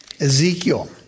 Ezekiel